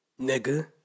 Nigga